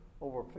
over